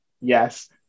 yes